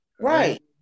Right